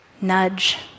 nudge